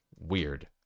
weird